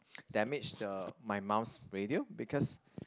damage the my mum's radio because